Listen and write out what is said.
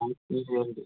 I three blend